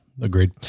Agreed